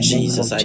Jesus